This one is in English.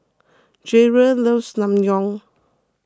Jerrold loves Naengmyeon